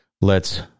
lets